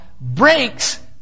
breaks